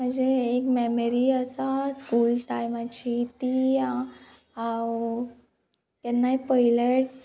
म्हाजे एक मॅमरी आसा स्कूल टायमाची ती आं हांव केन्नाय पयले